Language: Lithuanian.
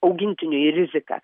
augintiniui rizika